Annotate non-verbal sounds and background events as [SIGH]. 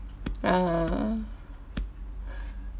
uh uh uh [BREATH]